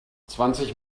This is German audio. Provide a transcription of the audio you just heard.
zwanzig